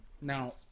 Now